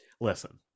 listen